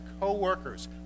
co-workers